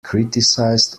criticised